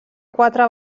quatre